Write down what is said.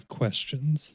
questions